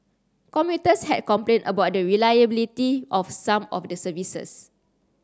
commuters had complained about the reliability of some of the services